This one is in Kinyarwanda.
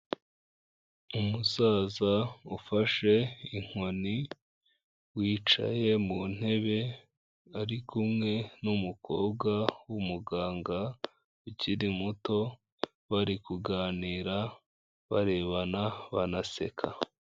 Umusaza ufashe inkoni, wicaye mu ntebe ari kumwe n'umukobwa w'umuganga ukiri muto, bari kuganira barebana banaseka.